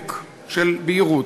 אופק כלשהו של בהירות.